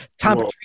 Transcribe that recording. Tom